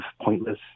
pointless